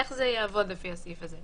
איך זה יעבוד לפי הסעיף הזה?